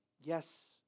Yes